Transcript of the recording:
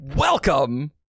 Welcome